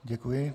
Děkuji.